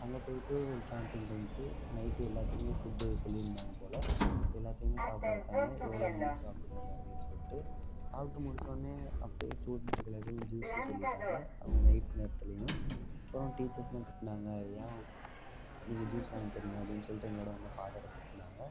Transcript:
அங்கே போய்ட்டு ஒரு கேண்ட்டீன் இருந்துச்சு நைட்டு எல்லாத்துக்குமே ஃபுட்டு சொல்லிருந்தாங்கபோல் எல்லாத்தையுமே சாப்பிட வச்சாங்கள் எவ்வளோ வேணுமோ சாப்பிட்டுக்கோங்க அப்படினு சொல்லிட்டு சாப்பிட்டு முடிச்சோடனயே அப்படியே கூல்டிரிங்க்ஸ் கடையில் போய் ஜூஸ்ஸு சொல்லிட்டாங்கள் அவங்க நைட் நேரத்திலயுமே அப்புறம் டீச்சர்ஸ்லாம் திட்டினாங்க ஏன் நீங்கள் ஜூஸ் வாங்கித் தர்றீங்க அப்படினு சொல்லிட்டு எங்களோடய வந்த ஃபாதரை திட்டினாங்க